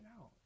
out